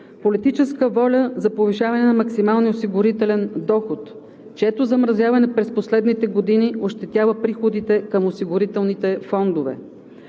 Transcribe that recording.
политическа воля за повишаване на максималния осигурителен доход, чието замразяване през последните години ощетява приходите към осигурителните фондове.